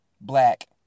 black